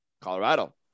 Colorado